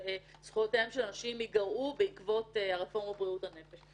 שזכויותיהן של הנשים ייגרעו בעקבות הרפורמה בבריאות הנפש,